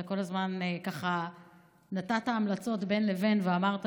אתה כל הזמן נתת המלצות בין לבין ואמרת